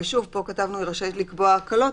פה כתבנו שהיא רשאית לקבוע הקלות,